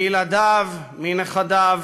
מילדיו, מנכדיו,